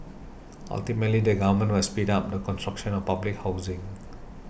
ultimately the government must speed up the construction of public housing